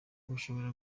ushobora